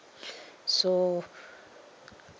so